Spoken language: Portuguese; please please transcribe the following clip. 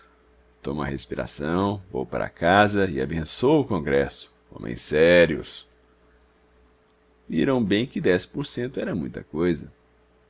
a respiração vou para casa e abençôo o congresso homens sérios viram bem que dez por cento era muita coisa